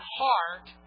heart